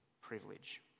privilege